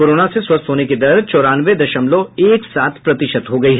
corona से स्वस्थ होने की दर चौरानवे दशमलव एक सात प्रतिशत हो गयी